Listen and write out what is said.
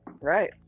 Right